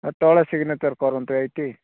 ତଳେ ସିଗନେଚର୍ କରନ୍ତୁ ଏଇଠି